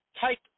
type